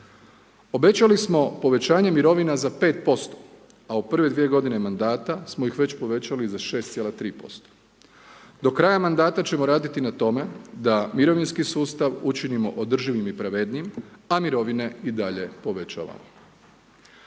Obećali smo povećanje mirovina za 5% a u prve dvije godine mandata smo ih već povećali za 6,3%. Do kraja mandata ćemo raditi na tome da mirovinski sustav učinimo održivim i pravednijim a mirovine i dalje povećavamo.